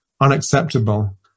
unacceptable